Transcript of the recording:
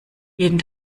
jeden